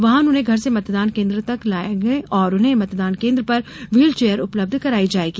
वाहन उन्हें घर से मतदान केन्द्र तक लायेगा और उन्हें मतदान केन्द्र पर व्हील चेयर उपलब्ध कराई जायेगी